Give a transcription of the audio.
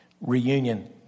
reunion